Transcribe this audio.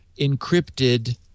encrypted